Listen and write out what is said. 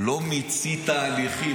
לא מיצית הליכים.